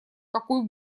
какой